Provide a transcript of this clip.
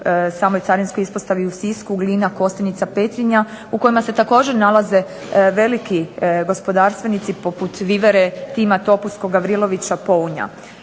samoj Carinskoj ispostavi u Sisku - Glina, Kostajnica, Petrinja, u kojima se također nalaze veliki gospodarstvenici poput Vivere, TIM Topusko, Gavrilovića, Pounja.